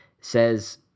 says